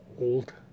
old